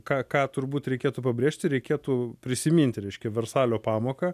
ką ką turbūt reikėtų pabrėžti reikėtų prisiminti reiškia versalio pamoką